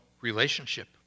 relationship